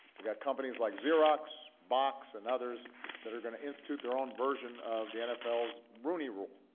we got companies like xerox, box, and others that are going to institute their own version of the and nfl's rooney rule,